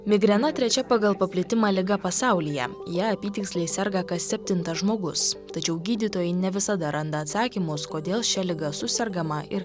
migrena trečia pagal paplitimą liga pasaulyje ja apytiksliai serga kas septintas žmogus tačiau gydytojai ne visada randa atsakymus kodėl šia liga susergama ir